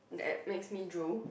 that makes me drool